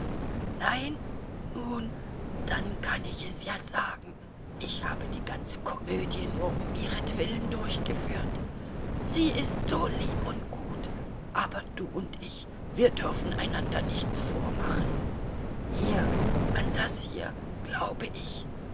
nein nun dann kann ich es ja sagen ich habe die ganze komödie nur um ihretwillen durchgeführt sie ist so lieb und gut aber du und ich wir dürfen einander nichts vormachen hier an das hier glaube ich